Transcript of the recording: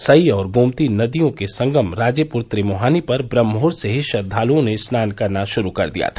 सई और गोमती नदियों के संगम राजेपुर त्रिमोहानी पर ब्रम्हमुहूर्त से ही श्रद्वालुओं ने स्नान करना शुरू कर दिया था